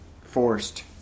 forced